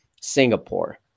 Singapore